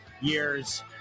year's